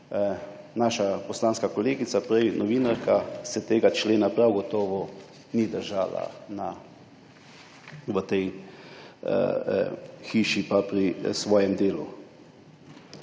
naša poslanska kolegica, prej novinarka, se tega člena prav gotovo ni držala v tej hiši pa pri svojem delu.